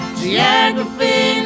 geography